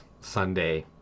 Sunday